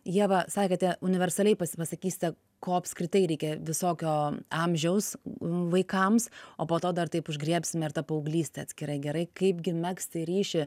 ieva sakėte universaliai pasi pasakysite ko apskritai reikia visokio amžiaus vaikams o po to dar taip užgriebsime ir tą paauglystę atskirai gerai kaipgi megzti ryšį